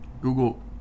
Google